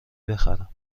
بخرم